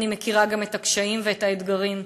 אני מכירה גם את הקשיים ואת האתגרים,